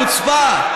חוצפה.